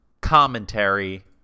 commentary